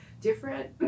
different